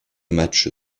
match